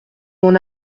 m’en